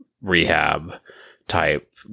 rehab-type